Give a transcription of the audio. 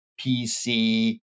PC